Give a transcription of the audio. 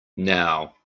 now